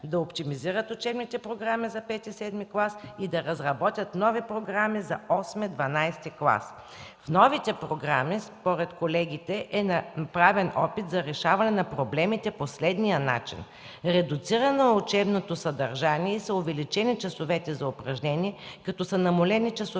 да оптимизират учебните програми за V-VІІ клас и да разработят нови програми за VІІІ-ХІІ клас. В новите програми според колегите е направен опит за решаване на проблемите по следния начин: редуцирано е учебното съдържание и са увеличени часовете за упражнение, като са намалени часовете